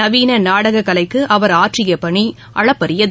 நவீனநாடககலைக்குஅவர் ஆற்றியபணிஅளப்பரியது